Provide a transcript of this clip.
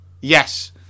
yes